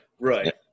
right